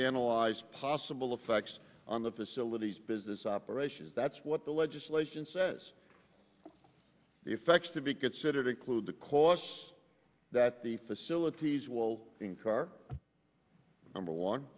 analyze possible effects on the facilities business operations that's what the legislation says effects to be considered include the course that the facilities will incur number one